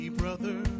brother